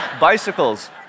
bicycles